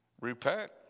repent